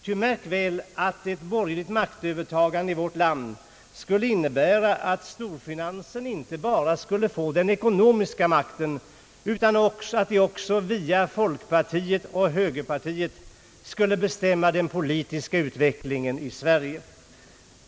Ty märk väl, att ett borgerligt maktövertagande i vårt land skulle innebära att storfinansen inte bara skulle få den ekonomiska makten, utan också att den via folkpartiet och högerpartiet skulle bestämma den politiska utvecklingen i Sverige.